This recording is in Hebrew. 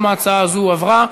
גם ההצעה הזאת עברה.